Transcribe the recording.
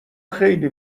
خیلی